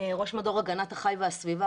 ראש מדור הגנת החי והסביבה,